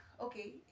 okay